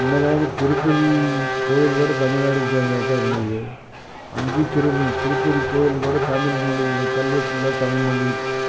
முன்னதாக திருப்பதி கோயில் கூட தமிழ்நாட்டுக்கு சேர்ந்ததா தான் இருந்தது அங்கே திருப்பதி கோயில் கூட தமிழ்மொழியோட கல்வெட்டில் தமிழ்மொழி